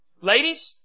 Ladies